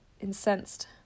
incensed